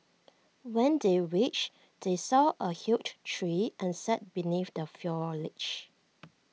when they reached they saw A huge tree and sat beneath the foliage